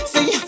See